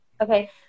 Okay